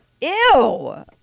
ew